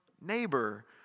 neighbor